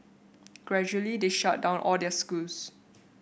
gradually they shut down all their schools